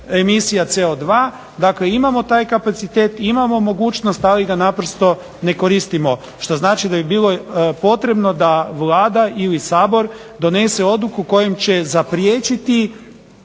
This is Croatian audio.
emisija CO2. Dakle, imamo taj kapacitet, imamo mogućnost, ali ga naprosto ne koristimo. Što znači da bi bilo potrebno da Vlada ili Sabor donese odluku kojom će zapriječiti